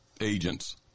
agents